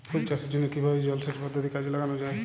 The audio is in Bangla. ফুল চাষের জন্য কিভাবে জলাসেচ পদ্ধতি কাজে লাগানো যাই?